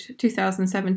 2017